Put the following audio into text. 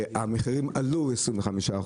כאילו המחירים עלו ב-25%.